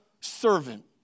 servant